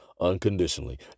unconditionally